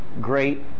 great